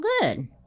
good